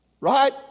Right